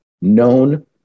known